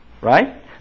right